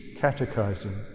catechizing